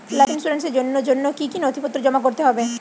Life ইন্সুরেন্সর জন্য জন্য কি কি নথিপত্র জমা করতে হবে?